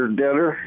dinner